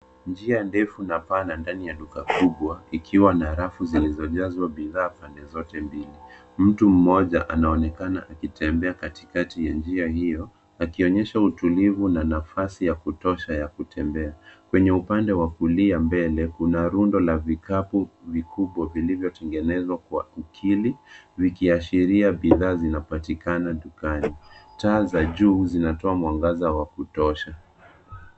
Njia ndefu na pana ndani ya duka kubwa likiwa na rafu zilizojazwa bidhaa pande zote mbili. Mtu mmoja anaonekana akitembea katikati ya njia hiyo akionyesha utulivu na nafasi ya kutosha ya kutembea . Kwenye upande wa kulia mbele, kuna rundo la vikapu vikubwa vilivyotengenezwa kwa ukili ikiashiria bidhaa zinapatikana dukani. Taa za juu zinatoa mwangaza wa kutosha.